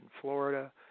Florida